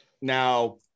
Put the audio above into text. Now